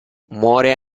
muore